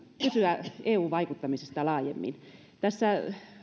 kysyä eu vaikuttamisesta laajemmin tässä